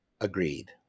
Agreed